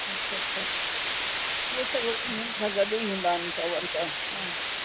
अछा अछा उहे त उन्हनि सां गॾु ई हूंदा आहिनि कवर त